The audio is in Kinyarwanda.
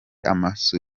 amasasu